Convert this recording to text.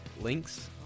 links